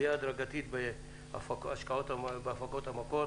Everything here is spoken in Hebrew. עלייה הדרגתית בהפקות המקור.